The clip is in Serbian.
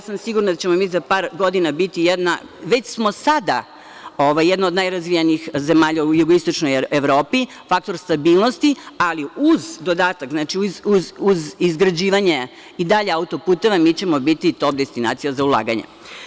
Sigurna sam da ćemo mi za par godina biti, jedna, a već smo sada, od najrazvijenijih zemalja u jugoistočnoj Evropi, faktor stabilnosti, ali uz dodatak, uz izgrađivanja i dalje autoputeva, mi ćemo biti top destinacija za ulaganja.